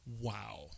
wow